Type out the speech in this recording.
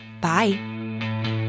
Bye